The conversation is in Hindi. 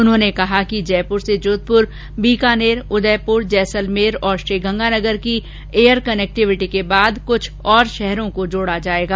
उन्होंने कहा कि जयपुर से जोधपुर बीकानेर उदयपुर जैसलमेर और श्रीगंगानगर की एयर कनेक्टिविटी के बाद कृछ और शहरों को जोड़ा जाएगा